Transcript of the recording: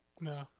No